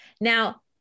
Now